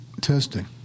testing